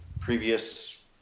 previous